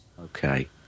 Okay